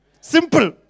Simple